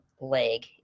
leg